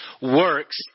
works